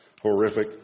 horrific